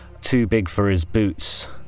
too-big-for-his-boots